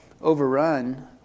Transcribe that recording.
overrun